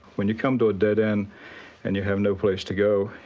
when you come to a dead end and you have no place to go,